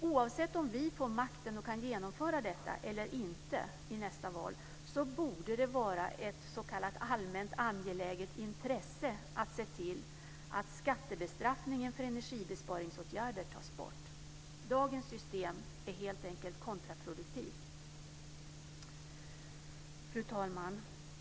Oavsett som vi får makten och kan genomföra detta eller inte efter nästa val borde det vara ett s.k. allmänt angeläget intresse att se till att skattebestraffningen för energibesparingsåtgärder tas bort. Dagens system är helt enkelt kontraproduktivt. Fru talman!